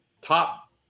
top